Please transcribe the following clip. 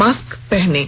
mask पहनें